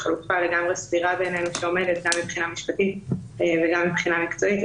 חלופה לגמרי סבירה שעומדת גם מבחינה משפטית וגם מבחינה מקצועית.